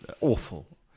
Awful